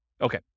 Okay